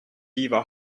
diva